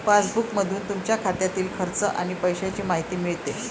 पासबुकमधून तुमच्या खात्यातील खर्च आणि पैशांची माहिती मिळते